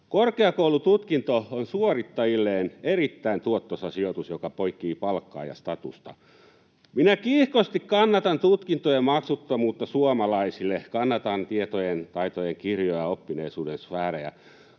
Korkeakoulututkinto on suorittajilleen erittäin tuottoisa sijoitus, joka poikii palkkaa ja statusta. Minä kiihkosti kannatan tutkintojen maksuttomuutta suomalaisille, kannatan tietojen ja taitojen kirjoa, oppineisuuden sfäärejä,